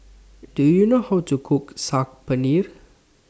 Do YOU know How to Cook Saag Paneer